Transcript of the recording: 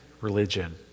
religion